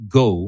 go